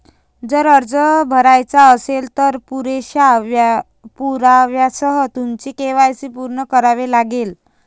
जर अर्ज भरायचा असेल, तर पुरेशा पुराव्यासह तुमचे के.वाय.सी पूर्ण करावे लागेल